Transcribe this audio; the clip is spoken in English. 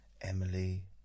Emily